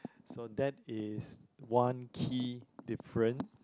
so that is one key difference